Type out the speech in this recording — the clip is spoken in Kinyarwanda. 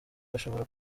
bashobora